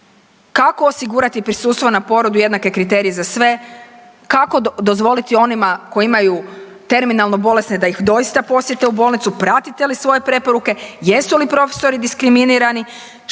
kako osigurati prisustvo na porodu jednake kriterije za sve, kako dozvoliti onima koji imaju terminalnu bolesne da ih doista posjete u bolnici, pratite li svoje preporuke, jesu li profesori diskriminirani,